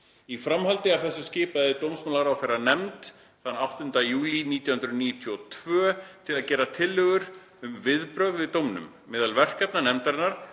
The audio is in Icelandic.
Í framhaldi af þessu skipaði dómsmálaráðherra nefnd þann 8. júlí 1992 til að gera tillögur um viðbrögð við dóminum. Meðal verkefna nefndarinnar